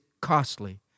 costly